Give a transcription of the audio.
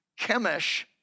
Chemish